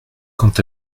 quant